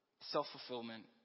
self-fulfillment